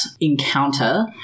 encounter